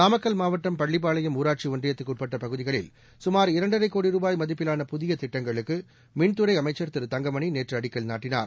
நாமக்கல் மாவட்டம் பள்ளிப்பாளையம் ஊராட்சி ஒன்றியத்திற்கு உட்பட்ட பகுதிகளில் குமார் இரண்டரை கோடி ரூபாய் மதிப்பிலான புதிய திட்டங்களுக்கு மின்துறை அமைச்ச் திரு தங்கமணி நேற்று அடிக்கல் நாட்டினார்